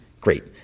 Great